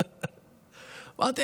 אמרתי,